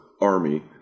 army